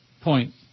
Point